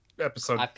episode